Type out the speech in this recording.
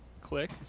Click